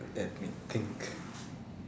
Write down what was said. let me think